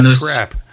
crap